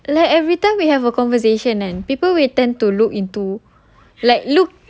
eh like every time we have a conversation kan people will turn to look into